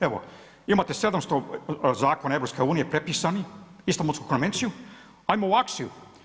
Evo imate 700 zakona Eu prepisanih, Istanbulsku konvenciju, ajmo u akciju.